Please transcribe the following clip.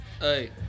Hey